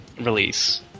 release